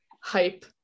hype